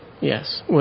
yes